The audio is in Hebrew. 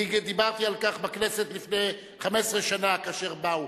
אני דיברתי על כך בכנסת לפני 15 שנה, כאשר באו.